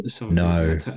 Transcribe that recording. no